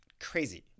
crazy